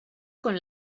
con